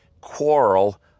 quarrel